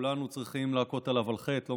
וכולנו צריכים להכות על חטא בגללו,